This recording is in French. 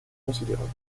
considérable